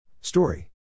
Story